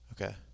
Okay